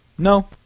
No